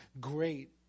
Great